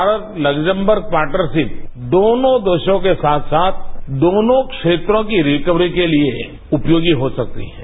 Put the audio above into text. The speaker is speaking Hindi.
भारत लक्समबर्ग पार्टनरशिपदोनों देशों के साथ साथ दोनों क्षेत्रों की रिकवरी के लिए उपयोगी हो सकतीहै